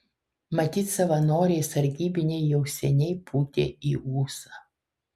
matyt savanoriai sargybiniai jau seniai pūtė į ūsą